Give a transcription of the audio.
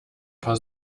paar